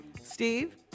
steve